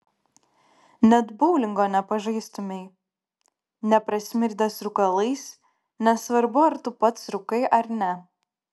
net boulingo nepažaistumei neprasmirdęs rūkalais nesvarbu ar tu pats rūkai ar ne